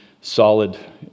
solid